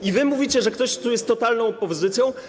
I wy mówicie, że ktoś tu jest totalną opozycją?